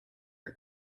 for